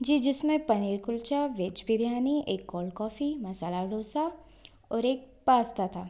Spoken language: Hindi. जी जिसमें पनीर कुल्चा वेज बिरियानी एक कोल्ड कॉफी मसाला ढोसा और एक पास्ता था